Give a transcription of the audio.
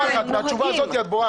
מהתשובה הזאת את בורחת.